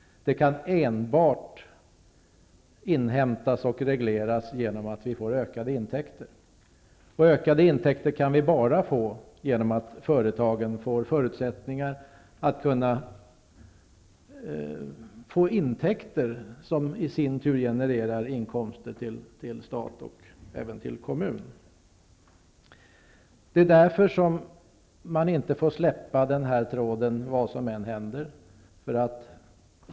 Det kan enbart inhämtas och regleras genom att vi får ökade intäkter. Ökade intäkter kan vi bara få genom att företagen får förutsättningar att få intäkter vilka i sin tur genererar inkomster till stat och även till kommun. Det är därför som vi inte får släppa denna tråd, vad som än händer.